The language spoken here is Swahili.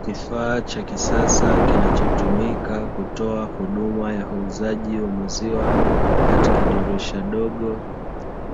Kifaa cha kisasa kinachotumika kutoa huduma ya uuzaji wa maziwa katika dirisha dogo,